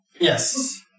Yes